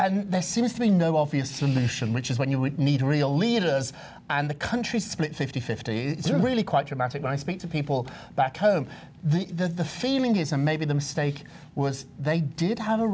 and there seems to be no obvious solution which is what you would need real leaders and the country's split fifty fifty it's really quite dramatic when i speak to people back home the feeling is a maybe the mistake was they did have a